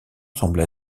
semble